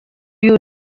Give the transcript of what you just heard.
you